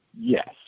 yes